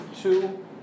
two